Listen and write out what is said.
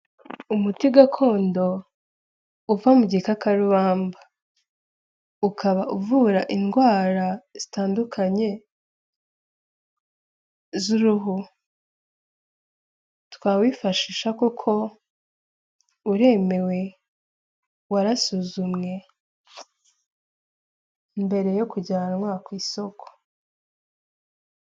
Umuti gakondo uva mu gikarubamba, ukaba uvura indwara zitandukanye z'uruhu, twawifashisha kuko uremewe, warasuzumwe, mbere yo kujyanwa ku isoko.